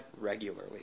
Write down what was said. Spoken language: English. regularly